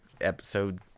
episode